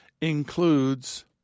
includes